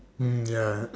mm ya